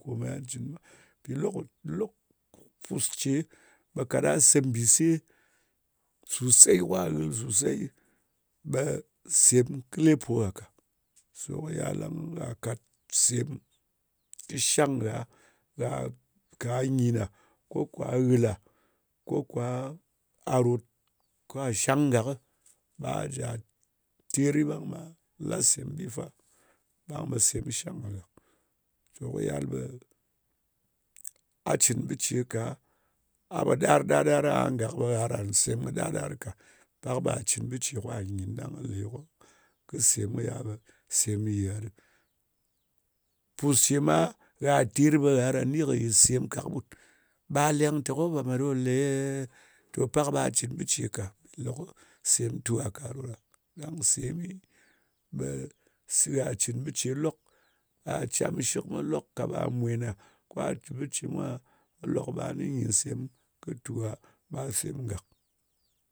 Ko me ya cɨn mwa. Mpì lokɨ, lok. Pus ce ɓe ka ɗa se mbìse ka ghɨl susey, ɓe sem kɨ lepo gha ka. So kɨ yal ɗang gha kàt sem kɨ shang ngha, gha ka gha nyin na? Ko kwa ghɨla? Ko kwa gha ròt kwa shang gakɨ, ɓa teri, ɓang ɓa la sèm bi fa. Ɓang be sem shang gha gàk. To, kɨ yal ɓe a cɨn bɨ ce ka, a pò ɗar ka ɗar-ɗar aha gak, ɓe gha karan sem ka ɗar-ɗar ka. Pak ɓa cɨn bɨ ce kwa nyin ɗang kɨ le kɨ sem kɨ ya ɓe sèm nyɨ ye gha ɗɨ. Pù ce ma, ɓa gha ter ɓe gha karan ni kɨ yɨtsem ka kɨɓut. Ɓa leng te, ko me ɗo lēēē. To, pak ɓa cɨn bɨ ce ka. Bi le ko sem tu gha ka ɗo ɗa. Ɗang semi, gha cɨn bɨ ce lok. Gha cam shɨk mwa lok. Ka ɓa mwèn a? Kwa cɨ bɨ ce mwa, ɓe lok ɓa ni nyin sem kɨ tu gha ɓa sem gàk.